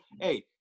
Hey